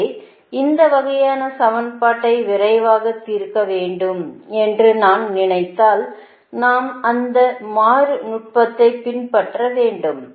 எனவே இந்த வகையான சமன்பாட்டை விரைவாக தீர்க்க வேண்டும் என்று நாம் நினைத்தால் நாம் அந்த மறு நுட்பத்தை பின்பற்ற வேண்டும்